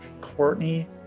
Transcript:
Courtney